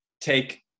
take